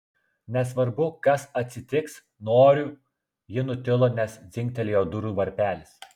nesvarbu kas atsitiks noriu ji nutilo nes dzingtelėjo durų varpelis